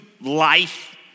life